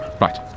Right